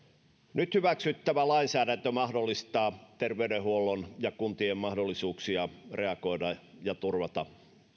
nyt hyväksyttävä lainsäädäntö mahdollistaa terveydenhuollon ja kuntien mahdollisuuksia reagoida ja turvata